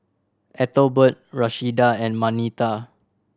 Ethelbert Rashida and Marnita